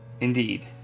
Indeed